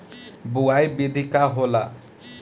बुआई विधि का होला?